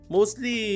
Mostly